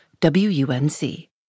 WUNC